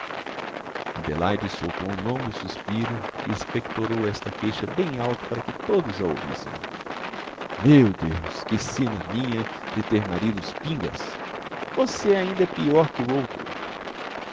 adelaide soltou um longo suspiro e expectorou esta queixa bem alto para que todos a ouvissem meu deus que sina a minha de ter maridos pingas você ainda é pior que o outro